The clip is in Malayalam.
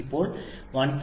ഇപ്പോൾ 1